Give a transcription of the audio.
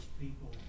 people